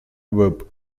webb